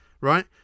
right